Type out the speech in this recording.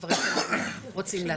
דברים כאלה שאנחנו רוצים לעשות.